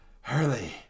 Hurley